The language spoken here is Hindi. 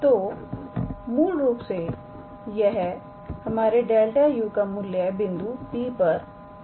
तो यह मूल रूप से हमारे ∇⃗ 𝑢 का मूल्य बिंदु P पर 9𝑗̂ है